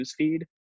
newsfeed